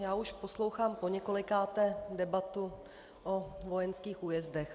Já už poslouchám poněkolikáté debatu o vojenských újezdech.